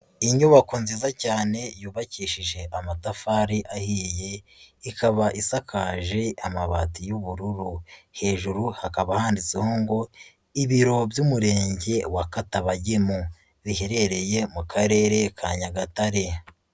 Inyubako nziza cyane yubakishije amatafari ahiye, ikaba isakaje amabati y'ubururu, hejuru hakaba handitseho ngo ibiro by'Umurenge wa Katabagemu biherereye mu karere ka Nyagatare.